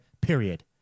period